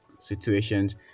situations